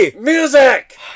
music